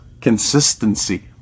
consistency